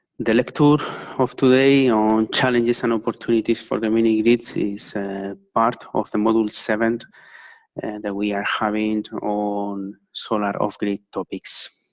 the lecture of today on challenges and opportunities for the mini-grids is part of the module seven and that we are having on solar upgrade topics.